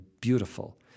beautiful